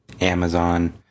Amazon